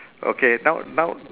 okay now now